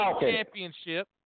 Championship